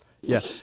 yes